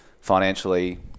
financially